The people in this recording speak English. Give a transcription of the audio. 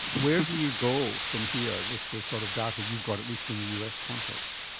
where do you go from here with the sort of data you've got, at least in the us context?